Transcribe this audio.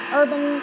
urban